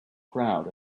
crowd